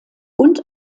und